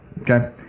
okay